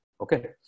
Okay